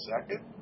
second